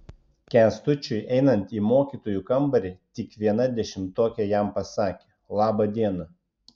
kęstučiui einant į mokytojų kambarį tik viena dešimtokė jam pasakė laba diena